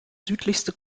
südlichste